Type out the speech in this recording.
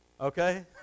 okay